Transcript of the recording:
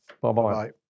Bye-bye